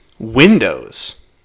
windows